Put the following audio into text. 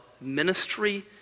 ministry